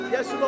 Yes